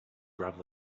gravel